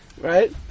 right